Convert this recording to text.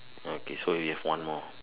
okay so we have one more